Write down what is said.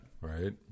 Right